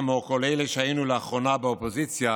כמו כל אלה שהיו לאחרונה באופוזיציה,